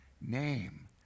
name